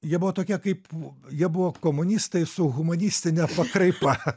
jie buvo tokie kaip jie buvo komunistai su humanistine pakraipa